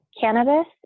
cannabis